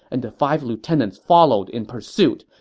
and the five lieutenants followed in pursuit,